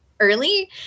early